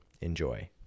Enjoy